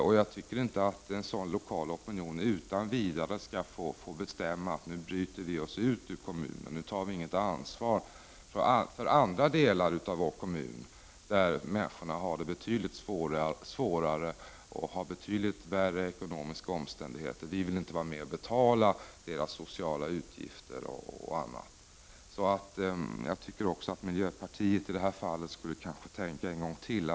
Men jag tycker inte att en sådan lokal opinion utan vidare skall få bestämma om en brytning med kommunen i övrigt, om att inget ansvar längre tas av vissa för andra delar av kommunen där människorna har det betydligt svårare och lever under betydligt sämre ekonomiska omständigheter. Vi vill alltså inte att man skall kunna säga: Vi vill inte vara med och betala andras sociala utgifter och annat. Jag tycker nog att också miljöpartiet i det här fallet skulle tänka över saken en gång till.